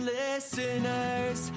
listeners